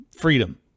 freedom